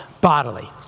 bodily